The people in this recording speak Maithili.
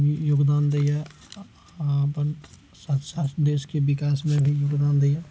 योगदान दैय अपन साथ साथ देशके विकासमे भी योगदान दैये